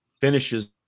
finishes